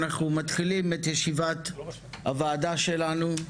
אנחנו מתחילים את ישיבת הוועדה שלנו,